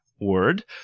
Word